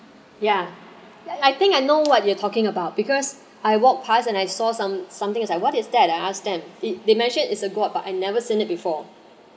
ya I think I know what you're talking about because I walk past and I saw some something what is that ah they they mentioned is a guava but I never seen it before